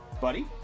buddy